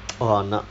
orh !hanna!